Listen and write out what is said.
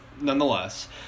nonetheless